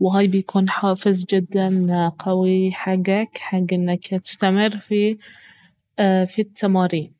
وهاي بيكون حافز جدا قوي حقك حق انك تستمر في في التمارين